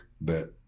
that-